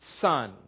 son